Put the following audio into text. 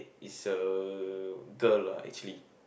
it's a girl lah actually